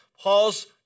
Paul's